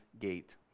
gate